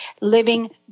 living